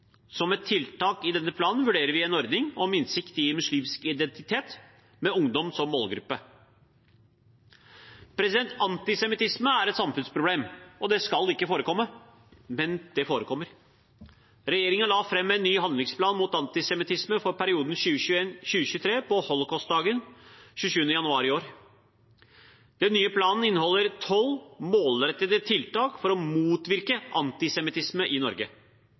Som et tiltak i denne planen vurderer vi en ordning om innsikt i muslimsk identitet, med ungdom som målgruppe. Antisemittisme er et samfunnsproblem, og det skal ikke forekomme, men det forekommer. Regjeringen la fram en ny Handlingsplan mot antisemittisme for perioden 2021–2023 på Holocaustdagen, 27. januar i år. Den nye planen inneholder tolv målrettede tiltak for å motvirke antisemittisme i Norge.